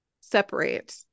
separate